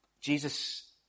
Jesus